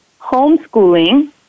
homeschooling